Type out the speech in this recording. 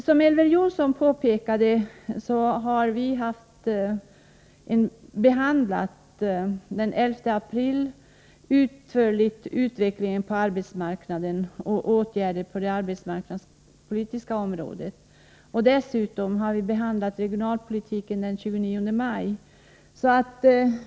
Som Elver Jonsson påpekade har vi den 11 april utförligt behandlat utvecklingen på arbetsmarknaden och åtgärder på det arbetsmarknadspolitiska området. Dessutom har vi behandlat regionalpolitiken den 29 maj.